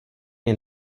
jen